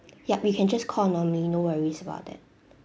ya you can just call normally no worries about that